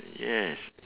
yes